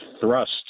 thrust